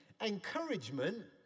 encouragement